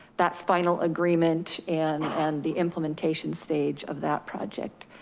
that final agreement and and the implementation stage of that project.